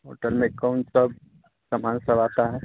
hotel में कौन सब समान सब आता है